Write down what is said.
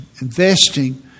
investing